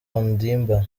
ondimba